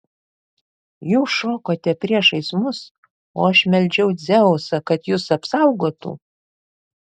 jūs šokote priešais mus o aš meldžiau dzeusą kad jus apsaugotų